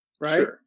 Right